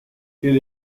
quel